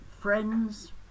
friends